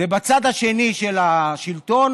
בצד השני של השלטון